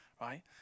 right